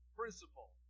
principle